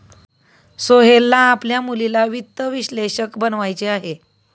सोहेलला आपल्या मुलीला वित्त विश्लेषक बनवायचे आहे